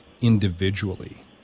individually